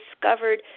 discovered